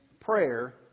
prayer